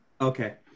Okay